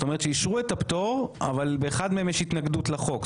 זאת אומרת שאישרו את הפטור אבל באחד מהם יש התנגדות לחוק.